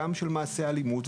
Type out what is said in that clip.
גם של מעשי אלימות,